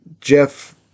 Jeff